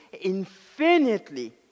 infinitely